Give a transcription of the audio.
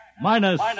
minus